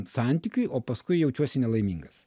santykiui o paskui jaučiuosi nelaimingas